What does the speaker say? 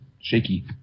shaky